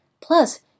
plus